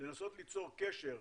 לנסות ליצור קשר.